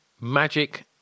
Magic